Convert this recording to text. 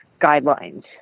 guidelines